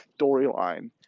storyline